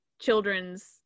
children's